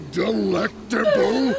delectable